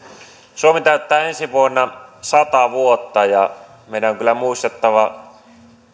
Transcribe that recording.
suomi täyttää ensi vuonna sata vuotta ja meidän on kyllä muistettava